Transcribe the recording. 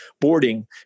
boarding